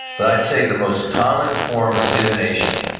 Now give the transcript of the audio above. but i'd say the most common form of divination,